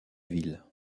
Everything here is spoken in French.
ville